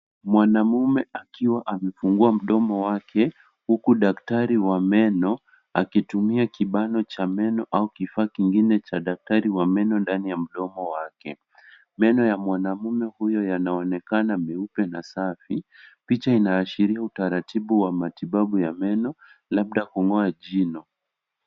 Mwanamume akiwa amefungua mdomo wake huku daktari wa meno akitumia kibano cha meno au kifaa kingine cha daktari wa meno ndani ya mdomo wake. Meno ya mwanamume huyo yanaonekana meupe na safi. Picha inaashiria utaratibu wa matibabu ya meno, labda kung'oa jino.